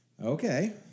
Okay